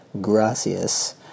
gracias